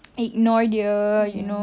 ignore dia you know